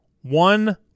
One